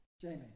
Jamie